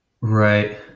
Right